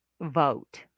vote